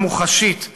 המוחשית,